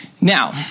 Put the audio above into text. Now